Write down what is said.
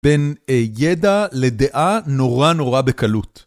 בין ידע לדעה נורא נורא בקלות.